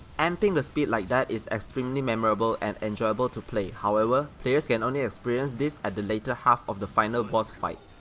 amping the speed like that is extremely memorable andenjoyable to play however players can only experience this at the later-half of the final boss fights.